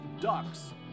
ducks